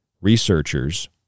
researchers